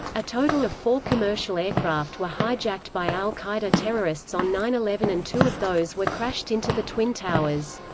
a total of four commercial aircraft were hijacked by al-qaeda terrorists on nine eleven and two of those were crashed into the twin towers.